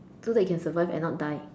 so that you can survive and not die